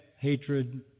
hatred